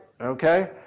okay